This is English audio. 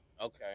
Okay